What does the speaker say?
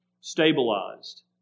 stabilized